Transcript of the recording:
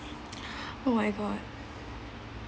oh my god